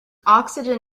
oxygen